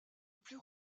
plus